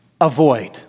avoid